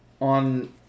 on